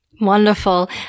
Wonderful